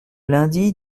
lundi